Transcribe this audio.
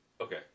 Okay